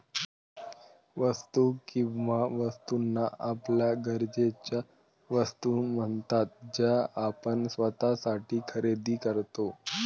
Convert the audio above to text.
वस्तू किंवा वस्तूंना आपल्या गरजेच्या वस्तू म्हणतात ज्या आपण स्वतःसाठी खरेदी करतो